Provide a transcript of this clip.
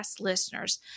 listeners